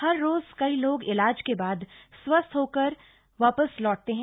हर रोज कई लोग इलाज के बाद स्वस्थ होकर वापस लौटते हैं